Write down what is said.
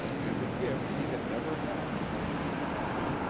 and a gift he had never had began to develop.